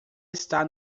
está